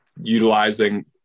utilizing